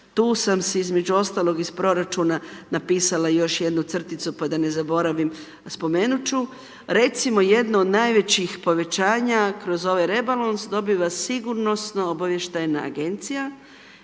Tu sam se između ostalog iz proračuna napisala još jednu crticu pa da ne zaboravim, spomenut ću, recimo jedno od najvećih povećanja kroz ovaj rebalans dobiva SOA i to je povećano za